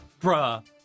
bruh